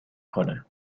کنه